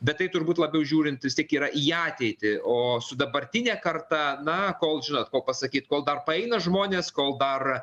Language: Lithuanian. bet tai turbūt labiau žiūrint vis tiek yra į ateitį o su dabartine karta na kol žinot kol pasakyt kol dar paeina žmonės kol dar